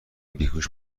بیهوش